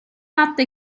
fatto